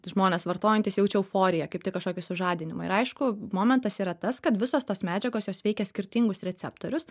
žmonės vartojantys jaučia euforiją kaip tai kažkokį sužadinimą ir aišku momentas yra tas kad visos tos medžiagos jos veikia skirtingus receptorius